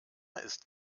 ist